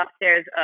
upstairs